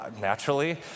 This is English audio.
naturally